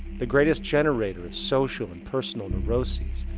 the greatest generator of social and personal neurosis,